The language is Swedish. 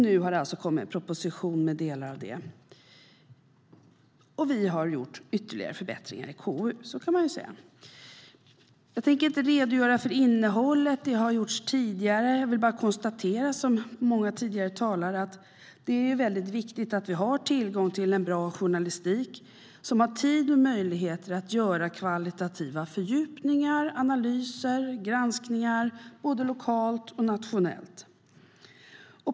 Nu har det kommit en proposition med delar av detta, och vi har gjort ytterligare förbättringar i KU; så kan man säga. Jag tänker inte redogöra för innehållet. Det har gjorts tidigare. Jag vill bara som många tidigare talare konstatera att det är viktigt att vi har tillgång till en bra journalistik som har tid och möjligheter att göra kvalitativa fördjupningar, analyser och granskningar både lokalt och nationellt.